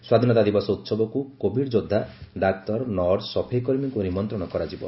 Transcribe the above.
ସ୍ୱାଧୀନତା ଦିବସ ଉହବକୁ କୋଭିଡ ଯୋବ୍ଧା ଡାକ୍ତର ନର୍ସ ସଫେଇ କର୍ମୀଙ୍କୁ ନିମନ୍ତ୍ରଶ କରାଯିବ